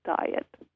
diet